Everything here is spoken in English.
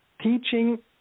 teaching